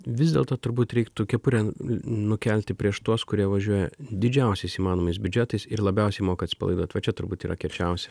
vis dėlto turbūt reiktų kepurę nukelti prieš tuos kurie važiuoja didžiausiais įmanomais biudžetais ir labiausiai moka atsipalaiduot va čia turbūt yra kiečiausia